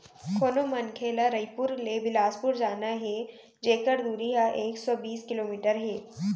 कोनो मनखे ल रइपुर ले बेलासपुर जाना हे जेकर दूरी ह एक सौ बीस किलोमीटर हे